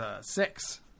six